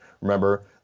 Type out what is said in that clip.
Remember